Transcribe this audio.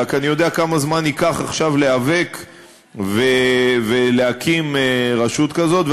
רק אני יודע כמה זמן ייקח עכשיו להיאבק ולהקים רשות כזאת,